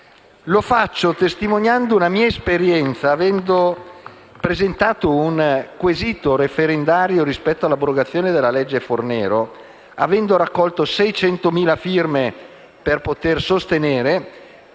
Lo dico testimoniando una mia esperienza. Ho presentato un quesito referendario per l'abrogazione della legge Fornero: avendo raccolto 600.000 firme per potere sostenere